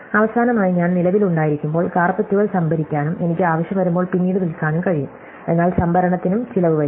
അവസാനമായി ഞാൻ നിലവിലുണ്ടായിരിക്കുമ്പോൾ കാര്പെറ്റുകൾ സംഭരിക്കാനും എനിക്ക് ആവശ്യം വരുമ്പോൾ പിന്നീട് വിൽക്കാനും കഴിയും എന്നാൽ സംഭരണത്തിനും ചിലവ് വരും